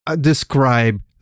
Describe